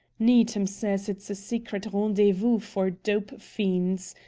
needham says it's a secret rendezvous for dope fiends.